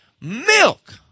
Milk